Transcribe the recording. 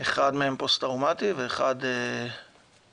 אחד מהם פוסט-טראומתי והשני